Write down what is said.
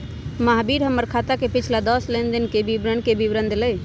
महावीर हमर खाता के पिछला दस लेनदेन के विवरण के विवरण देलय